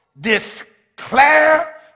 declare